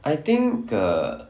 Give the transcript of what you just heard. I think uh